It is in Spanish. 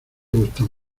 gustan